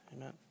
Amen